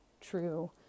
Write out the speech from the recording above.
true